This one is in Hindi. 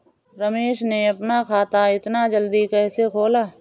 रमेश ने अपना खाता इतना जल्दी कैसे खोला?